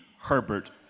Herbert